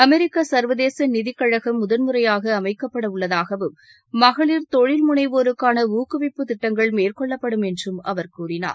அமெரிக்க சா்வதேச நிதிக் கழகம் முதல் முறையாக அமைக்கப்பட உள்ளதாகவும் மகளிா் தொழில் முனைவோருக்கான ஊக்குவிப்பு திட்டங்கள் மேற்கொள்ளப்படும் என்றும் அவர் கூறினார்